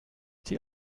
die